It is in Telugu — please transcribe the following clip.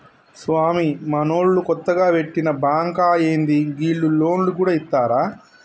స్వామీ, మనూళ్ల కొత్తగ వెట్టిన బాంకా ఏంది, గీళ్లు లోన్లు గూడ ఇత్తరా